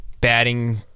batting